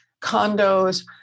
condos